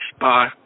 Bye